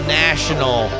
national